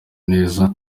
neza